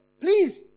please